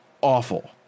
awful